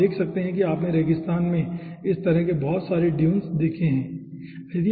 आप देख सकते हैं कि आपने रेगिस्तान में इस तरह के बहुत सारे ड्यून्स देखे हैं ठीक है